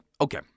Okay